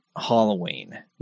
Halloween